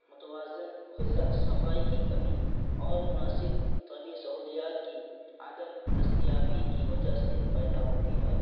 متوازن غذا صفائی کی کمی اور مناسب طبی سہولیات کی عدم دستیابی کی وجہ سے پیدا ہوتی ہے